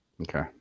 Okay